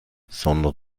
sondern